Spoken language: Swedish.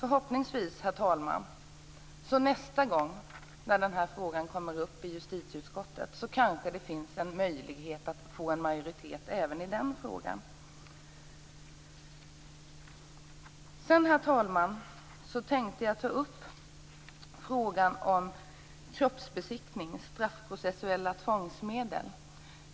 Förhoppningsvis finns det kanske en möjlighet att få en majoritet även i denna fråga nästa gång som den kommer upp i justitieutskottet. Herr talman! Jag tänkte också ta upp frågan om kroppsbesiktning och straffprocessuella tvångsmedel.